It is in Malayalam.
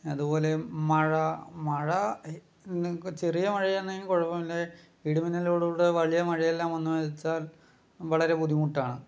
അതുപോലെ മഴ മഴ നി ചെറിയ മഴയാണെങ്കിൽ കുഴപ്പമില്ല ഇടി മിന്നലോടുകൂടി വലിയ മഴയെല്ലാം വന്നാൽ എന്ന് വെച്ചാൽ വളരെ ബുദ്ധിമുട്ടാണ്